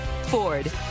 Ford